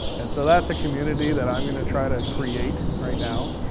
and so that's a community that i'm gonna try to create right now,